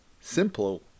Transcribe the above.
Simple